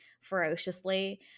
ferociously